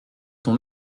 ton